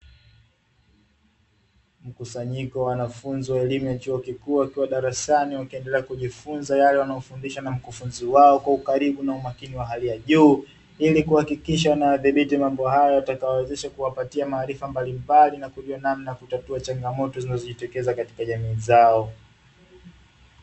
Mkusanyiko wa wanafunzi wa elimu ya chuo kikuu wakiwa darasani wakiendelea kujifunza yale wanayofundishwa na mkufunzi wao kwa ukaribu na umakini wa hali ya juu, ili kuhakikisha wanayadhibiti mambo hayo yatakayowawezesha kuwapatia maarifa mbalimbali na kujua namna ya kutatua changamoto zinazojitokeza katika jamii zao.